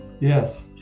Yes